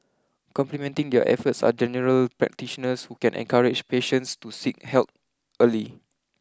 complementing their efforts are general practitioners who can encourage patients to seek help early